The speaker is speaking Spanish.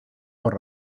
por